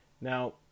Now